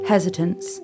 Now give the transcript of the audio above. Hesitance